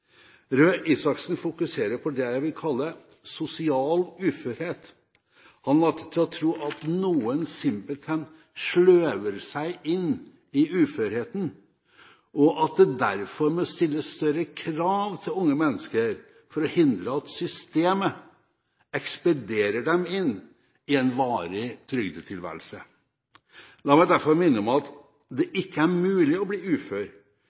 Isaksen fokuserer på det jeg vil kalle «sosial uførhet». Han later til å tro at noen simpelthen sløver seg inn i uførheten, og at det derfor må stilles større krav til unge mennesker, for å hindre at systemet ekspederer dem inn i en varig trygdetilværelse. La meg derfor minne om at det ikke er mulig å bli ufør